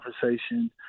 conversation